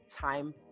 time